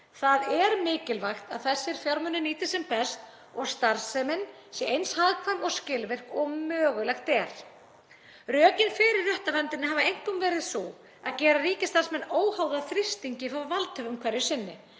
Það er mikilvægt að þessir fjármunir nýtist sem best og að starfsemin sé eins hagkvæm og skilvirk og mögulegt er. Rökin fyrir réttarverndinni hafa einkum verið þau að gera ríkisstarfsmenn óháða þrýstingi frá valdhöfum hverju sinni,